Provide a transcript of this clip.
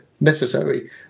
necessary